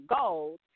goals